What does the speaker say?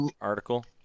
article